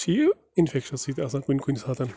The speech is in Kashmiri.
چھِ یہِ اِنفٮ۪کشَن سۭتۍ آسان کُنہِ کُنہِ ساتہٕ